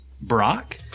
Brock